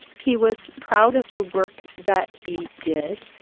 he was proud of the work that he did.